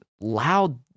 loud